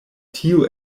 tio